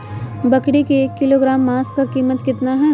बकरी के एक किलोग्राम मांस का कीमत कितना है?